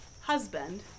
husband